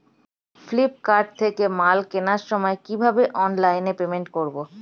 Flipkart থেকে মাল কেনার সময় কিভাবে অনলাইনে পেমেন্ট করব?